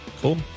cool